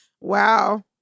Wow